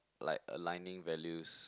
like aligning values